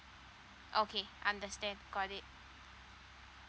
okay understand got it